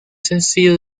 sencillo